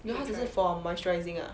他只是 for moisturising ah